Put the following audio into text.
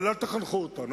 אבל אל תחנכו אותנו.